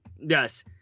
yes